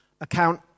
account